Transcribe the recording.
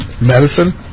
Medicine